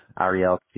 Ariel